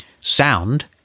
sound